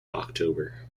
october